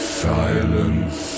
silence